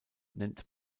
nennt